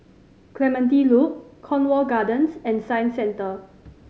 Clementi Loop Cornwall Gardens and Science Center